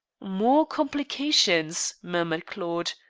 more complications, murmured claude.